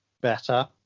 better